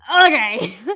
okay